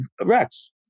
Rex